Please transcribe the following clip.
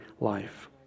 life